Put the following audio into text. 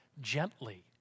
gently